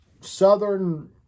southern